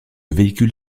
véhicule